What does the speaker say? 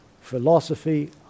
philosophy